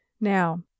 Now